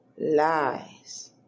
lies